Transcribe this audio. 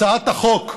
הצעת החוק,